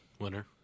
winner